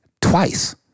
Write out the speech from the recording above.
twice